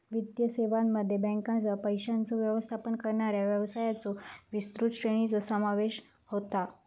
वित्तीय सेवांमध्ये बँकांसह, पैशांचो व्यवस्थापन करणाऱ्या व्यवसायांच्यो विस्तृत श्रेणीचो समावेश होता